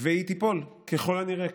והיא תיפול ככל הנראה,